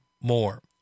more